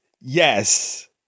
Yes